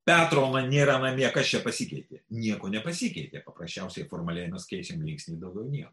petro na nėra namie kas čia pasikeitė nieko nepasikeitė paprasčiausiai formaliai mes keičiam linksnį ir daugiau nieko